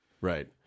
Right